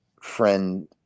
friend